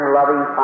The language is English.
loving